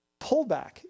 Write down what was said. pullback